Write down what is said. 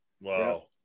Wow